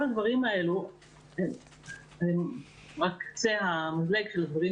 כל הדברים האלה הם רק קצה המזלג של הדברים